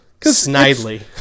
Snidely